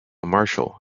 marshall